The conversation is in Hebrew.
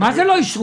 מה זה "לא אישרו"?